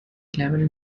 level